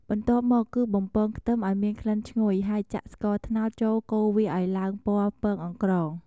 បន្ទាប់មកគឺ បំពងខ្ទឹម ឱ្យមានក្លិនឈ្ងុយហើយ ចាក់ស្ករត្នោតចូលកូរវាឱ្យឡើងពណ៌ពងអង្ក្រង ។